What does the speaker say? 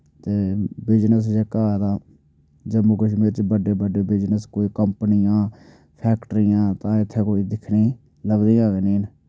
business जेह्का साढ़ा जम्मू कश्मीर च बड्डे बड्डे बिजनस कोई कंपनियां फैक्ट्रियां इत्थै कोई दिक्खने गी लभदियां ते निं हैन